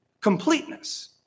Completeness